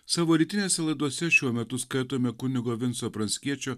savo rytinėse laidose šiuo metu skaitome kunigo vinco pranckiečio